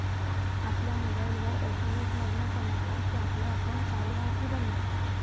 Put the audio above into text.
आपल्या मोबाईलवर एस.एम.एस मधना समजता कि आपला अकाउंट चालू हा कि बंद